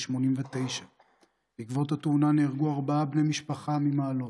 89. בתאונה נהרגו ארבעה בני משפחה ממעלות,